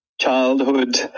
Childhood